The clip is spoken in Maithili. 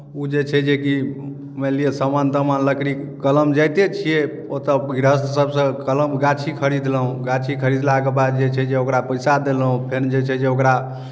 ओ जे छै जे कि मानि लिअ सामान तामान लकड़ी कलम जाइते छियै ओतय गृहस्थसभसँ कलम गाछी खरीदलहुँ गाछी खरीदलाके बाद जे छै जे ओकरा पैसा देलहुँ फेर जे छै जे ओकरा